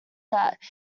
that